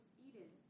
Eden